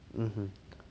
mmhmm